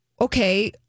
okay